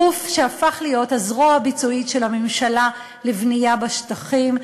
גוף שהפך להיות הזרוע הביצועית של הממשלה לבנייה בשטחים.